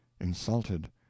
insulted